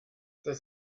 das